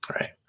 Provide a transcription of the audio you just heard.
right